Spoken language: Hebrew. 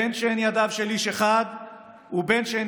בין שהן ידיו של איש אחד ובין שהן